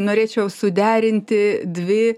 norėčiau suderinti dvi